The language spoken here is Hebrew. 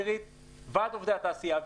ועד עובדי התעשייה האווירית,